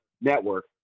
network